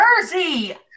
Jersey